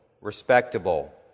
respectable